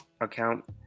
account